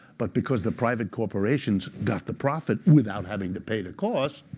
but because the private corporations got the profit without having to pay the cost,